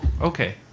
okay